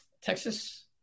Texas